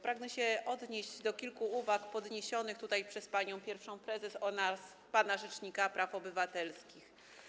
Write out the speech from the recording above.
Pragnę się odnieść do kilku uwag podniesionych tutaj przez panią pierwszą prezes oraz pana rzecznika praw obywatelskich.